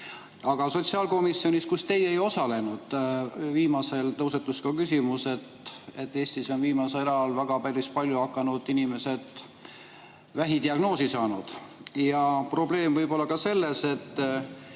Aga sotsiaalkomisjonis, kus teie ei osalenud, viimasel [istungil], tõusetus ka küsimus, et Eestis on viimasel ajal päris palju hakanud inimesed vähidiagnoosi saama. Probleem võib olla selles, et